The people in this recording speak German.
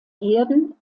herden